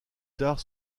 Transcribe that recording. tard